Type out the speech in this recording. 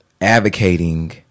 advocating